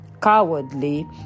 cowardly